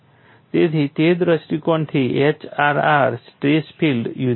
તેથી તે દ્રષ્ટિકોણથી HRR સ્ટ્રેસ ફીલ્ડ યુનીક નથી